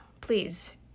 Please